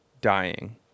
dying